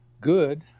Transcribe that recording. good